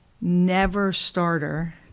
never-starter